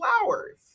flowers